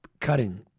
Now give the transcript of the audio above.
cutting